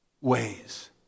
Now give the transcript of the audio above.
ways